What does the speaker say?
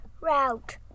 route